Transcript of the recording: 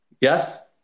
Yes